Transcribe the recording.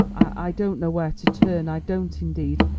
i don't know where to turn, i don't indeed,